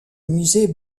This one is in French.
musée